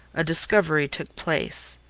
a discovery took place,